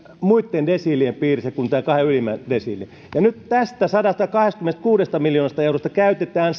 muitten desiilien piirissä kuin tämän kahden ylimmän desiilin ja nyt tästä sadastakahdestakymmenestäkuudesta miljoonasta eurosta käytetään